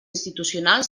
institucional